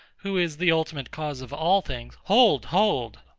who is the ultimate cause of all things. hold! hold!